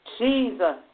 Jesus